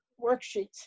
worksheets